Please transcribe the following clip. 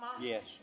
Yes